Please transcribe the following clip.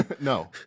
No